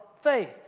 faith